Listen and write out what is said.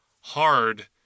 hard